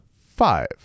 five